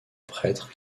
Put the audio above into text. prêtre